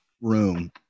room